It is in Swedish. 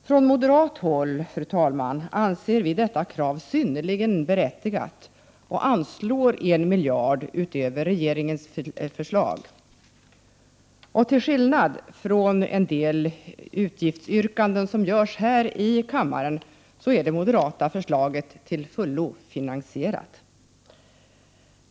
Från moderat håll, fru talman, anser vi detta krav synnerligen berättigat, och vi föreslår ett anslag om en miljard kronor utöver regeringens förslag. Till skillnad från en del utgiftsyrkanden som ställs här i kammaren, är det moderata förslaget till fullo finansierat.